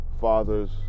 fathers